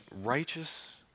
righteous